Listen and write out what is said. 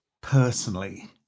personally